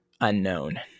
unknown